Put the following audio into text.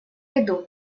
иду